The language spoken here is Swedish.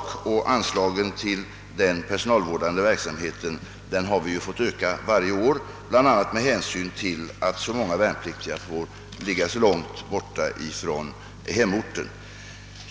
Vi har tvingats öka anslagen för den personalvårdande verksamheten varje år, bl.a. med hänsyn till att så många värnpliktiga får göra sin militärtjänst så långt från hemorten.